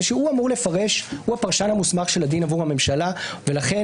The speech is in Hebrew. הוא הפרשן המוסמך של הדין עבור הממשלה ולכן